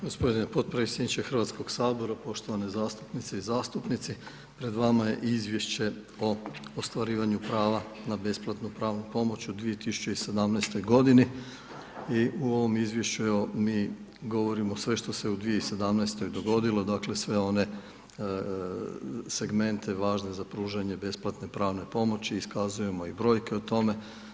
G. potpredsjedniče Hrvatskog sabora, poštovane zastupnice i zastupnici, pred vama je Izvješće o ostvarivanju prava na besplatnu pravnu pomoć u 2017. godini i u ovom izvješću evo mi govorimo sve što se u 2017. dogodilo, dakle sve one segmente važne pružanje besplatne pravne pomoći, iskazujemo i brojke o tome.